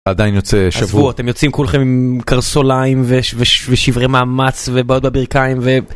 עדיין יוצא שבוע, עזבו, אתם יוצאים כולכם עם קרסוליים ושברי מאמץ ובעיות בברכיים.